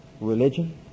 religion